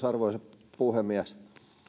arvoisa puhemies